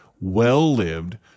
well-lived